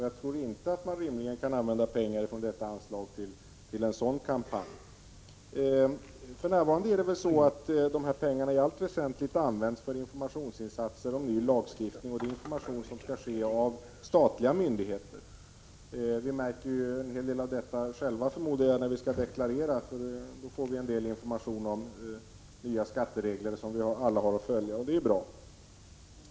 Jag tror inte att man rimligen kan använda pengar från detta anslag till en sådan kampanj. För närvarande är det så att dessa pengar i allt väsentligt används för informationsinsatser om ny lagstiftning. Det gäller information från statliga myndigheter. Vi märker förmodligen en hel del av detta själva när vi deklarerar, för då får vi en del information om nya skatteregler som vi alla har att följa. Det är bra.